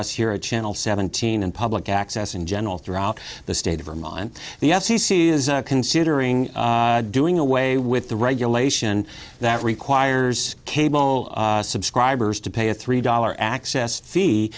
us you're a channel seventeen and public access in general throughout the state of vermont the f c c is considering doing away with the regulation that requires cable subscribers to pay a three dollar access fee